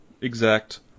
exact